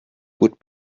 would